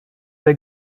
der